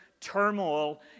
turmoil